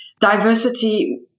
diversity